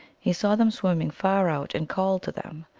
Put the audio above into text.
he saw them swim ming far out, and called to them.